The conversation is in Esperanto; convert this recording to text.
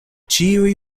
ĉiuj